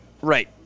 Right